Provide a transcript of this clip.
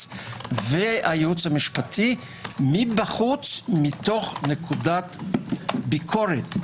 והייעוץ המשפטי מבחוץ מתוך מנקודת ביקורת.